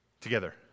together